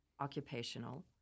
occupational